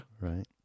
Right